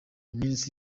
iminsi